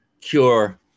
cure